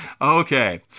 Okay